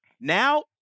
now